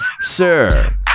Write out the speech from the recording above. Sir